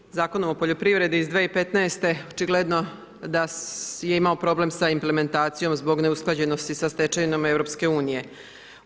Dakle, Zakonom o poljoprivredi iz 2015. očigledno da je imao problem sa implementacijom zbog neusklađenosti sa stečevinom EU-a.